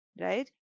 right